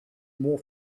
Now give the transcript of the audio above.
more